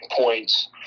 points